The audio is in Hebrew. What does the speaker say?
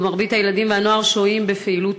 שבו מרבית הילדים והנוער שוהים בפעילויות